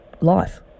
life